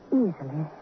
easily